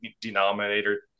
denominator